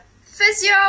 physio